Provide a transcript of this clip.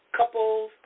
couples